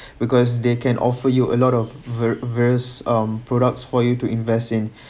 because they can offer you a lot of va~ various um products for you to invest in